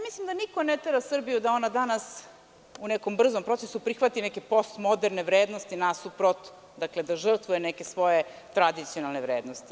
Mislim da niko ne tera Srbiju da ona danas u nekom brzom procesu prihvati neke postmoderne vrednosti nasuprot, odnosno da žrtvuje neke svoje tradicionalne vrednosti.